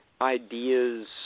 ideas